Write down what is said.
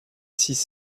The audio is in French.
six